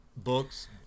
books